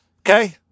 Okay